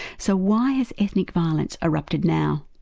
so why has ethnic violence erupted now?